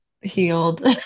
healed